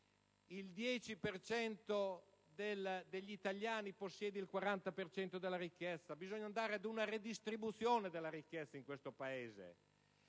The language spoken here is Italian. cento degli italiani possiede il 40 per cento della ricchezza. Bisogna andare ad una redistribuzione della ricchezza in questo Paese.